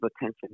attention